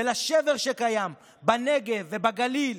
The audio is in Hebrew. ולשבר בנגב ובגליל,